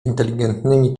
inteligentnymi